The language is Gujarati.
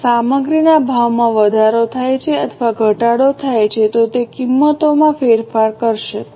જો સામગ્રીના ભાવમાં વધારો થાય છે અથવા ઘટાડો થાય છે તો તે કિંમતોમાં ફેરફાર કરશે